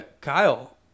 Kyle